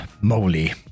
moly